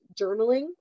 journaling